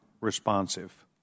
responsive